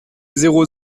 zéro